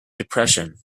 depression